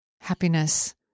happiness